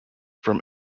from